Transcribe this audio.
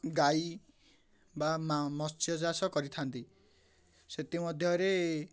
ଗାଈ ବା ମତ୍ସ୍ୟ ଚାଷ କରିଥାନ୍ତି ସେଥିମଧ୍ୟରେ